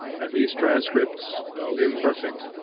and these transcripts, though imperfect,